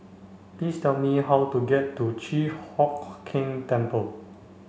please tell me how to get to Chi Hock Keng Temple